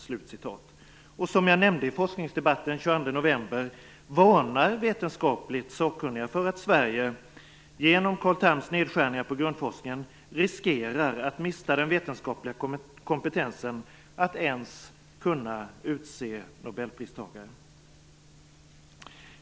Som jag nämnde i forskningsdebatten den 22 november varnar vetenskapligt sakkunniga för att Sverige genom Carl Thams nedskärningar på grundforskningen riskerar att mista den vetenskapliga kompetensen att ens kunna utse nobelpristagare.